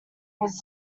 was